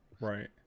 Right